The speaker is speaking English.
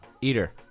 eater